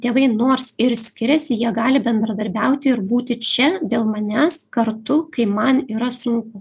tėvai nors ir skiriasi jie gali bendradarbiauti ir būti čia dėl manęs kartu kai man yra sunku